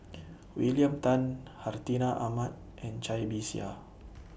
William Tan Hartinah Ahmad and Cai Bixia